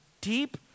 deep